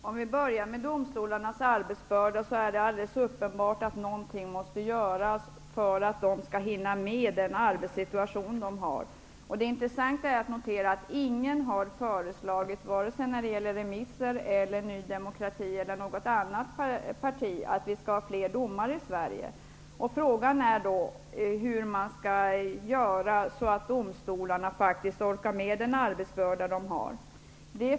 Fru talman! För att börja med domstolarnas arbetsbörda, vill jag säga att det är alldeles uppenbart att någonting måste göras för att domstolarna skall hinna med den arbetssituation de har. Det är intressant att notera att ingen har föreslagit, vare sig remissinstanser eller Ny demokrati eller något annat parti, att vi skall ha fler domare i Sverige. Frågan är då hur man skall göra så att domstolarna faktiskt orkar med den arbetsbörda de har.